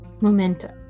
momentum